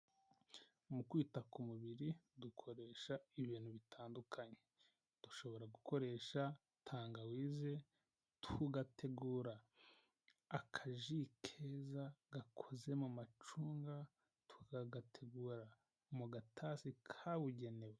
Mu kwita ku mubiri, dukoresha ibintu bitandukanye. Dushobora gukoresha tangawize, tugategura akaji keza gakoze mu macunga, tukagategura mu gatasi kabugenewe.